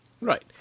Right